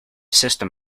system